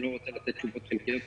אני לא רוצה לתת תשובות חלקיות,